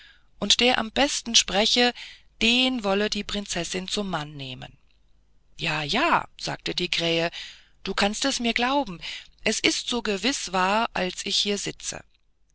und der am besten spreche den wolle die prinzessin zum mann nehmen ja ja sagte die krähe du kannst es mir glauben es ist so gewiß wahr als ich hier sitze